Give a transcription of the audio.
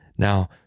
Now